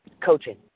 coaching